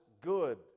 good